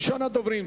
ראשון הדוברים,